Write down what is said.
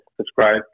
subscribe